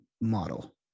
model